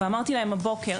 ואמרתי להם בבוקר,